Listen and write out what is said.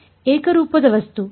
ಏಕರೂಪದ ವಸ್ತು ಸರಿ